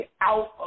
out